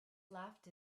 laughed